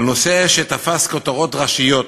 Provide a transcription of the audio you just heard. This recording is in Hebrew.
נושא שתפס כותרות ראשיות,